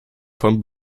von